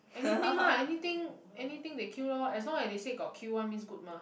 anything lah anything anything they queue lor as long as they see got queue one means good mah